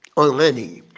already,